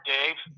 Dave